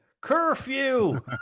Curfew